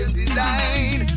design